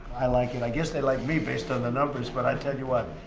i like it i guess they like me, based on the numbers, but i tell you what.